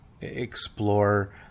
explore